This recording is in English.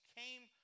came